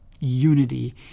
unity